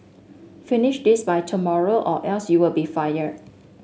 finish this by tomorrow or else you'll be fired